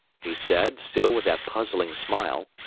he said, still with that puzzling smile,